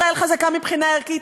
ישראל חזקה מבחינה ערכית,